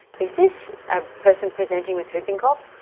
is this a person presenting with whooping cough?